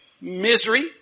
misery